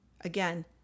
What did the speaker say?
again